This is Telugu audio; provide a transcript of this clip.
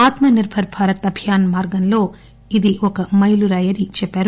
ఆత్మ నిర్బర్ భారత్ అభియాస్ మార్గంలో ఇది ఒక మైలురాయి అని అన్నారు